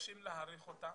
מבקשים להאריך אותה